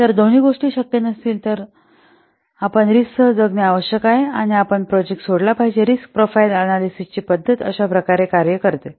जर दोन्ही गोष्टी शक्य नसतील तर दोन्ही गोष्टी शक्य नसल्यास आपण रिस्कसह जगणे आवश्यक आहे किंवा आपण प्रोजेक्ट सोडला पाहिजे रिस्क प्रोफाइल अनॅलिसिस ची पद्धत अशा प्रकारे कार्य करते